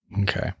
Okay